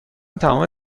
تمام